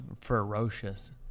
ferocious